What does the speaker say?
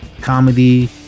comedy